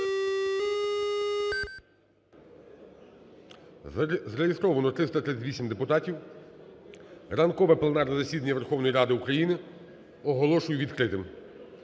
Зареєстровано 338 народних депутатів. Ранкове пленарне засідання Верховної Ради України оголошую відкритим.